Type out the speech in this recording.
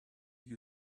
you